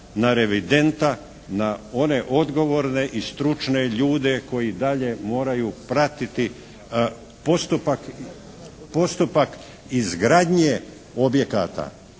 na revidenta, na one odgovorne i stručne ljude koji dalje moraju pratiti postupak izgradnje objekata,